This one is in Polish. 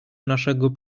naszego